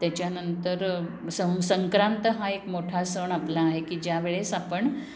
त्याच्यानंतर संव संक्रांत हा एक मोठा सण आपला आहे की ज्या वेळेस आपण